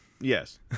yes